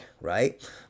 right